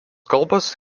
kalbos